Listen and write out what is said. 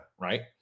right